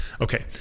Okay